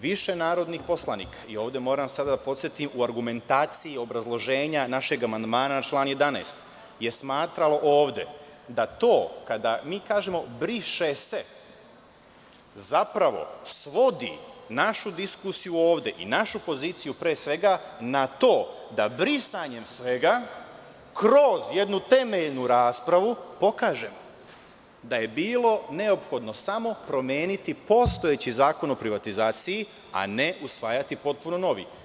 Više narodnih poslanika, ovde moram sada da podsetim, u argumentaciji obrazloženja našeg amandmana na član 11. je smatralo ovde da to kada mi kažemo – „briše se“, zapravo svodi našu diskusiju ovde i našu poziciju pre svega, na to da brisanjem svega kroz jednu temeljnu raspravu pokažemo da je bilo neophodno samo promeniti postojeći Zakon o privatizaciji, a ne usvajati potpuno novi.